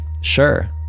sure